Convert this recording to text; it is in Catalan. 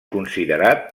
considerat